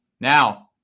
Now